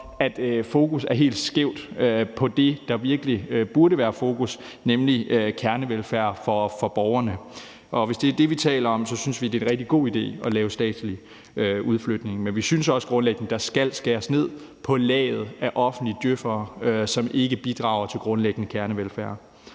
at fokus er helt skævt i forhold til det, der virkelig burde være fokus på, nemlig kernevelfærd for borgerne. Og hvis det er det, vi taler om, synes vi, det er en rigtig god idé at lave statslig udflytning. Men vi synes også, at der grundlæggende skal skæres ned på laget af offentlige djøf'ere, som ikke bidrager til grundlæggende kernevelfærd.